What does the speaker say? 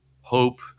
Hope